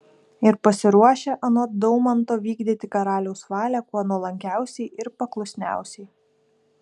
ir pasiruošę anot daumanto vykdyti karaliaus valią kuo nuolankiausiai ir paklusniausiai